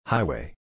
Highway